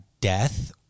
death